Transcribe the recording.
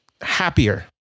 happier